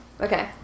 Okay